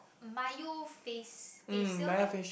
mayo face facial